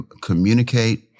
communicate